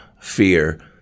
Fear